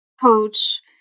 coach